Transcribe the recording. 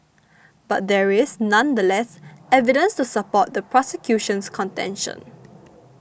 but there is nonetheless evidence to support the prosecution's contention